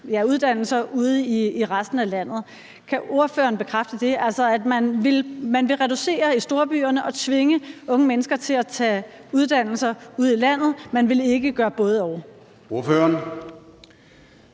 uddannelser ude i resten af landet. Kan ordføreren bekræfte det, altså at man vil reducere i storbyerne og tvinge unge mennesker til at tage uddannelser ude i landet, man vil ikke gøre både og. Kl.